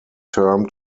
term